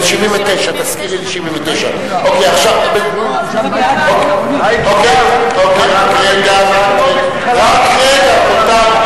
79. רק רגע,